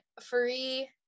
free